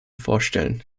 vorstellen